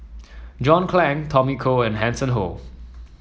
John Clang Tommy Koh and Hanson Ho